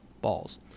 balls